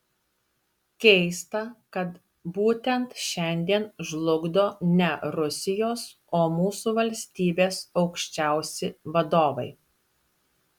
keista kad būtent šiandien žlugdo ne rusijos o mūsų valstybės aukščiausi vadovai